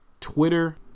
twitter